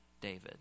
David